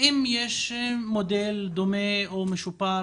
האם יש מודל דומה או משופר